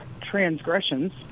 transgressions